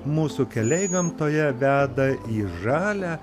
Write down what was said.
mūsų keliai gamtoje veda į žalią